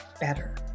better